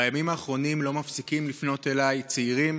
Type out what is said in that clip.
בימים האחרונים לא מפסיקים לפנות אליי צעירים